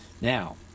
Now